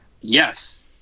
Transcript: Yes